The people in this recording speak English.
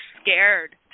scared